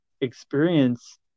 experience